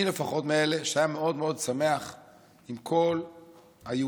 אני לפחות מאלה שהיה מאוד שמח אם כל היהודים